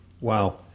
Wow